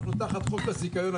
אנחנו תחת חוק הזיכיון,